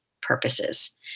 purposes